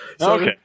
Okay